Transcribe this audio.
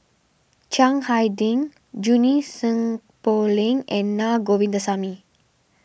Chiang Hai Ding Junie Sng Poh Leng and Naa Govindasamy